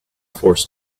forced